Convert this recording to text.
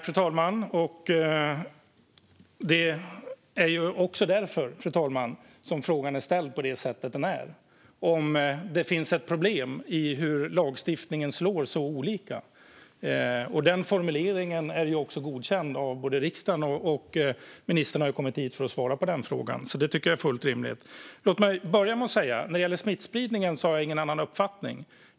Fru talman! Det är ju därför frågan är ställd på ett sådant sätt: om det finns ett problem i att lagstiftningen ger så olika utslag. Den formuleringen är också godkänd av riksdagen, och ministern har kommit hit för att svara på den frågan. Det tycker jag alltså är fullt rimligt. Låt mig börja med att säga att när det gäller smittspridningen har jag ingen annan uppfattning.